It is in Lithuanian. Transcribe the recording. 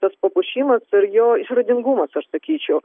tas papuošimas ir jo išradingumas aš sakyčiau